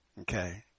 okay